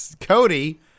Cody